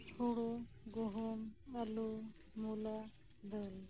ᱦᱩᱲᱩ ᱜᱩᱦᱩᱢ ᱟᱹᱞᱩ ᱢᱩᱞᱟᱹ ᱫᱟᱹᱞ